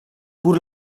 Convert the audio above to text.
pur